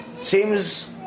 seems